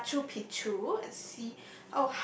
Machu-Picchu and see